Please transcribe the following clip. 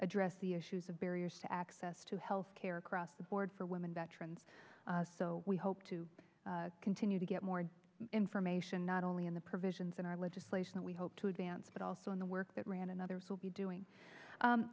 address the issues of barriers to access to health care across the board for women veterans so we hope to continue to get more information not only in the provisions in our legislation we hope to advance but also in the work that rand another's will be doing